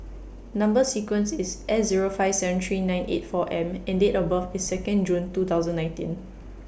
Number sequence IS S Zero five seven three nine eight four M and Date of birth IS Second June two thousand nineteen